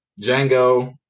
Django